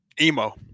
emo